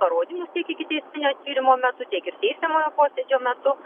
duotus parodymus tiek ikiteisminio tyrimo metu tiek ir teisiamojo posėdžio metu